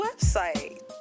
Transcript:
website